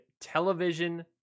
television